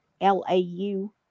L-A-U